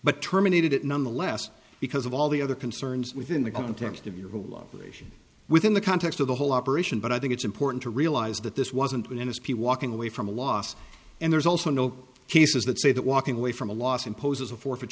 but terminated it nonetheless because of all the other concerns within the context of your below ration within the context of the whole operation but i think it's important to realize that this wasn't within his people walking away from a loss and there's also no cases that say that walking away from a loss imposes a forfeit